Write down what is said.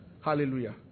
Hallelujah